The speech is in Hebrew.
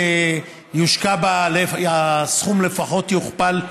יושקע בה והסכום לפחות יוכפל,